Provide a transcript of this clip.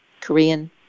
Korean